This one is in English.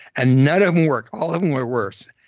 and none of them worked. all of them were worse.